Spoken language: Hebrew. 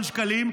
אדון שקלים,